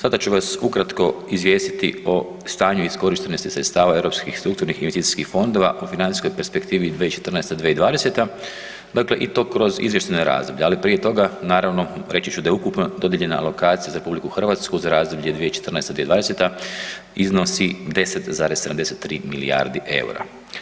Sada ću vas ukratko izvijestiti o stanju iskorištenosti sredstava europskih strukturnih i investicijskih fondova u financijskoj perspektivi 2014. – 2020. dakle i to kroz izvještajna razdoblja, ali prije toga naravno reći ću da je ukupno dodijeljena alokacija za RH za razdoblje 2014. – 2020. iznosi 10,73 milijardi EUR-a.